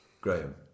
Graham